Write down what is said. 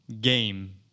game